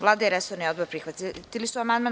Vlada i resorni odbor prihvatili su amandman.